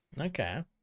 okay